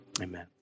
Amen